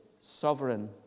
sovereign